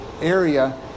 area